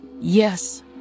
yes